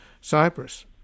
Cyprus